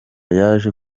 yaje